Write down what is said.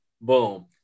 Boom